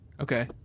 Okay